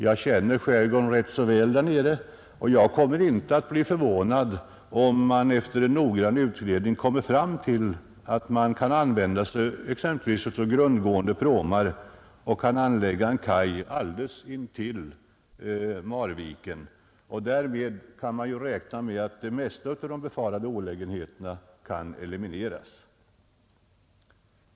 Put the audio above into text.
Jag känner skärgården där nere rätt väl, och jag kommer inte att bli förvånad om man efter en noggrann utredning kommer fram till att man kan använda sig av exempelvis grundgående pråmar och kan anlägga en kaj alldeles intill Marviken. Och därmed kan man ju räkna med att de flesta av de befarade olägenheterna kan elimineras.